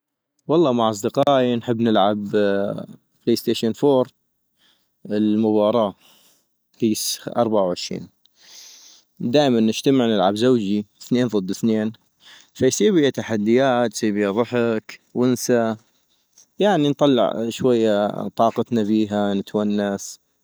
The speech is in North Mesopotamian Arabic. والله مع اصدقائي - نحب نلعب بلي ستيشن فور ، الموباراه بيس اربعة وعشين - دائما نجتمع نلعب زوجي ، ثنين ضد ثنين -فيصيغ بيها تحديات، يصيغ بيها ضحك ، ونسة ، يعني شوية نطلع طاقتنا بيها ، نتونس